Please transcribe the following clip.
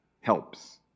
helps